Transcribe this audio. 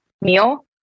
meal